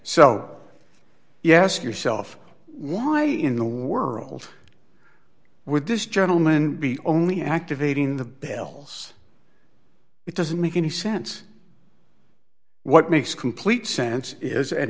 yes yourself why in the world with this gentleman be only activating the bales it doesn't make any sense what makes complete sense is and